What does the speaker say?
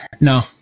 No